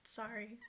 sorry